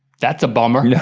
that's a bummer. no.